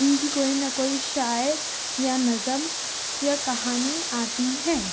ان کی کوئی نہ کوئی شاعر یا نظم یا کہانی آتی ہے